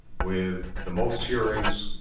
with the most hearings,